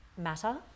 matter